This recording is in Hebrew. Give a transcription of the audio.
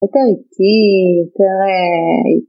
אוקיי, תהיי... יותר...